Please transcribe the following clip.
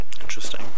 Interesting